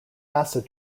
acid